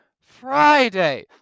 Friday